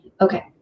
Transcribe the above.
okay